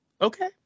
okay